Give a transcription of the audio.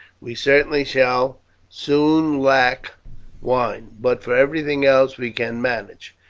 we certainly shall soon lack wine, but for everything else we can manage.